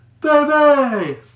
baby